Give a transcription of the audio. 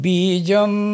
Bijam